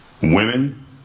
women